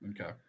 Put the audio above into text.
Okay